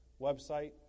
website